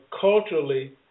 culturally